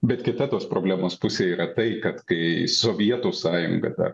bet kita tos problemos pusė yra tai kad kai sovietų sąjunga